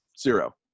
zero